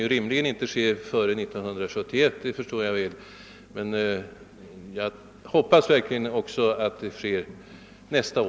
Jag förstår väl att detta rimligen inte kan inträffa förrän nästa år, men jag hoppas verkligen att det kan ske då.